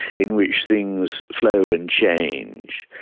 in which things flow and change,